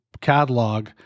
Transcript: catalog